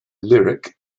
lyric